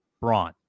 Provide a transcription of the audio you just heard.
Braun